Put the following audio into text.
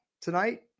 tonight